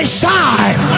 shine